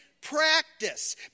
practice